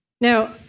Now